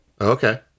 Okay